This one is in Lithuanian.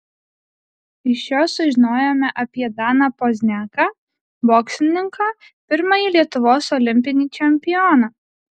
iš jo sužinojome apie daną pozniaką boksininką pirmąjį lietuvos olimpinį čempioną